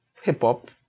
hip-hop